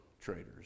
traders